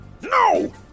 No